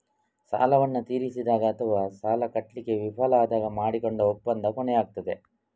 ಸಾಲವನ್ನ ತೀರಿಸಿದಾಗ ಅಥವಾ ಸಾಲ ಕಟ್ಲಿಕ್ಕೆ ವಿಫಲ ಆದಾಗ ಮಾಡಿಕೊಂಡ ಒಪ್ಪಂದ ಕೊನೆಯಾಗ್ತದೆ